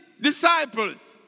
disciples